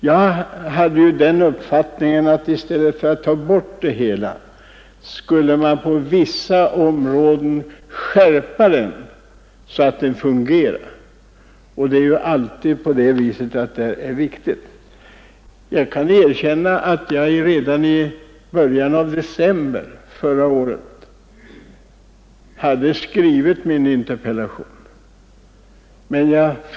Jag har menat att man, i stället för att slopa hyresregleringen, på vissa områden borde ha skärpt den så att den hade fungerat. Jag kan erkänna att jag redan i början av december förra året hade skrivit min interpellation i dagens fråga.